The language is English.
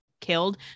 killed